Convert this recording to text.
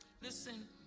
Listen